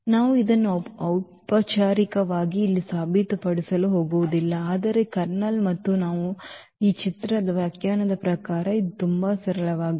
ನಾವು ಇದನ್ನು ಔಪಚಾರಿಕವಾಗಿ ಇಲ್ಲಿ ಸಾಬೀತುಪಡಿಸಲು ಹೋಗುವುದಿಲ್ಲ ಆದರೆ ಕರ್ನಲ್ ಮತ್ತು ಈ ಚಿತ್ರದ ವ್ಯಾಖ್ಯಾನದ ಪ್ರಕಾರ ಇದು ತುಂಬಾ ಸರಳವಾಗಿದೆ